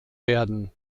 werden